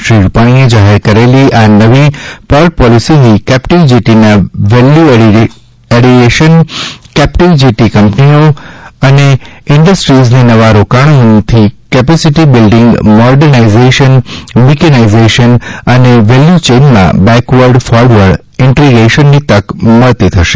શ્રી રૂપાણીએ જાહેર કરેલી આ નવી પોર્ટ પોલિસીથી કેપ્ટીવ જેટીના વેલ્યુએડીશન કેપ્ટીવ જેટી કંપનીઓ અને ઇન્ડસ્ટ્રીને નવા રોકાણોથી કેપેસિટી બિલ્ડીંગ મોર્ડનાઇઝેશન મિકેનાઇઝેશન અને વેલ્યુચેઇનમાં બેકવર્ડ ફોરવર્ડ ઇન્ટીગ્રેશનની તક મળતી થશે